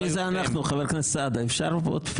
לפני הצבעה בקשה להתייעצות סיעתית ברגע שחברי הכנסת יסיימו לדבר.